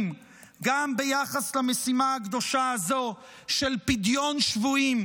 גם ביחס למשימה הקדושה הזו של פדיון שבויים,